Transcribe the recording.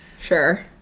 Sure